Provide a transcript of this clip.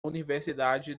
universidade